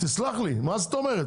תסלח לי, מה זאת אומרת?